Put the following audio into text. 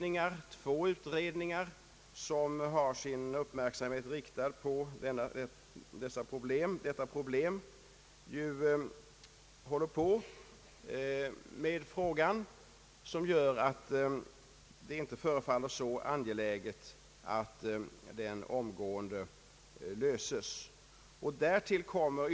Förslag till erforderliga ändringar bör enligt reservanten föreläggas nästa års riksdag. Som ' utskottet framhåller är mödrar till utomäktenskapliga barn ofta mycket unga, och de torde i många fall uppskatta det personliga stöd som en barnavårdsman kan ge dem.